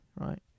Right